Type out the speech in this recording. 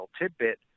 tidbit